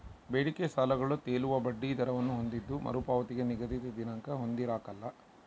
ಬೇಡಿಕೆ ಸಾಲಗಳು ತೇಲುವ ಬಡ್ಡಿ ದರವನ್ನು ಹೊಂದಿದ್ದು ಮರುಪಾವತಿಗೆ ನಿಗದಿತ ದಿನಾಂಕ ಹೊಂದಿರಕಲ್ಲ